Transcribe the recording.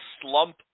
slump